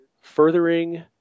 furthering